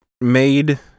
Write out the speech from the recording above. made